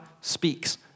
speaks